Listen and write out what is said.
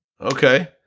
Okay